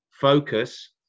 focus